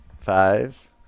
five